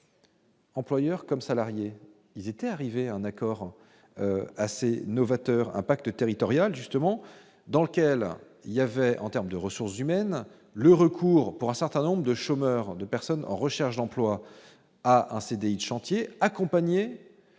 Employeurs comme salariés, ils étaient arrivés à un accord assez novateur impact territorial, justement, dans lequel il y avait en terme de ressources humaines, le recours pour un certain nombre de chômeurs de personnes en recherche d'emploi, à un CDI chantier accompagnés